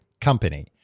company